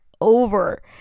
over